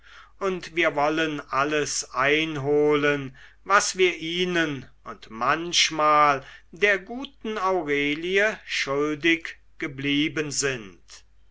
und wir wollen alles einholen was wir ihnen und manchmal der guten aurelie schuldig geblieben sind